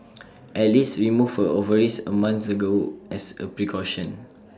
alice removed her ovaries A month ago as A precaution